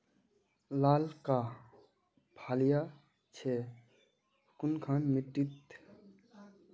लालका फलिया छै कुनखान मिट्टी त?